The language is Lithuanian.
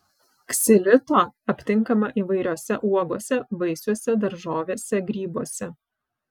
ksilito aptinkama įvairiose uogose vaisiuose daržovėse grybuose